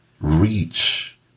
Reach